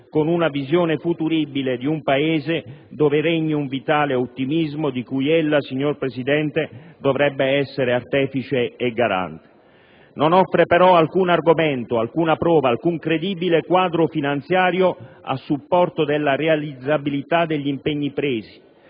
con una visione futuribile di un Paese dove regni un vitale ottimismo di cui ella, signor Presidente, dovrebbe essere artefice e garante. Non offre però alcun argomento, alcuna prova, alcun credibile quadro finanziario a supporto della realizzabilità degli impegni presi.